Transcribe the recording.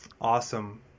Awesome